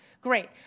Great